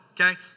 Okay